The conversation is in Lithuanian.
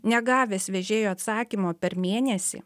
negavęs vežėjo atsakymo per mėnesį